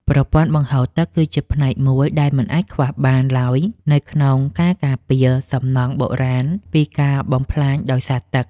ប្រព័ន្ធបង្ហូរទឹក គឺជាផ្នែកមួយដែលមិនអាចខ្វះបានឡើយនៅក្នុងការការពារសំណង់បុរាណពីការបំផ្លាញដោយសារទឹក។